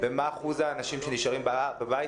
ומה אחוז האנשים שנשארים בבית.